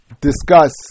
Discuss